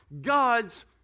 God's